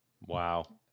Wow